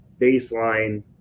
baseline